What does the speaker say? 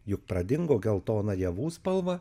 juk pradingo geltona javų spalva